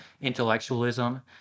intellectualism